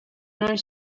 non